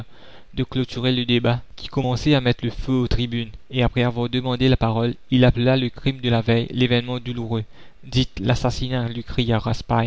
de clôturer le débat qui commençait à mettre le feu aux tribunes et après avoir demandé la parole il appela le crime de la veille l'événement douloureux dites l'assassinat lui cria